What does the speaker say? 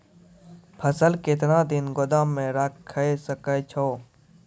फसल केतना दिन गोदाम मे राखै सकै छौ?